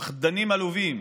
פחדנים עלובים.